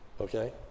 Okay